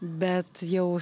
bet jau